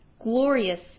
glorious